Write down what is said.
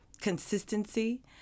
consistency